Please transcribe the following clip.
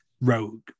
rogue